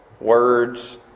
words